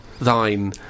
thine